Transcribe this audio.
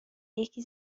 یکی